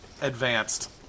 advanced